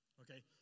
okay